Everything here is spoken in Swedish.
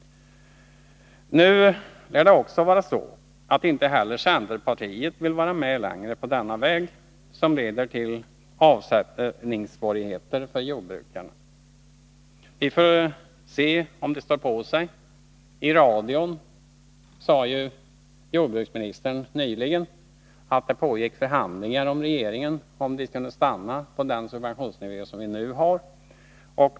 Nu lär det också vara så att inte heller centerpartiet vill vara med längre på denna väg, som leder till avsättningssvårigheter för jordbrukarna. Vi får se om man från centerpartiet står på sig. Jordbruksministern sade nyligen i radio att det pågick förhandlingar om huruvida regeringen kunde stanna på den subventionsnivå som vi nu har.